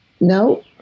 No